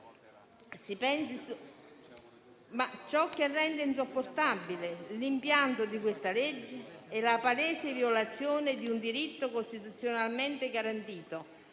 Ciò che rende insopportabile l'impianto di questa legge è la palese violazione di un diritto costituzionalmente garantito